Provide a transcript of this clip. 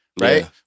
right